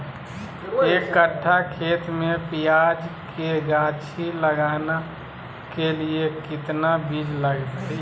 एक कट्ठा खेत में प्याज के गाछी लगाना के लिए कितना बिज लगतय?